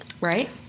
Right